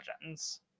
legends